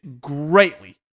greatly